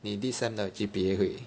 你 this sem 的 G_P_A 会